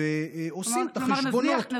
ועושים את החשבונות.